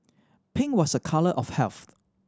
pink was a colour of health